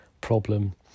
problem